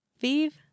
Vive